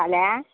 फाल्यां